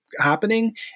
happening